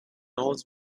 old